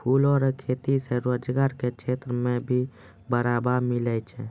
फूलो रो खेती से रोजगार के क्षेत्र मे भी बढ़ावा मिलै छै